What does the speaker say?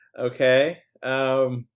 Okay